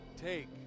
Take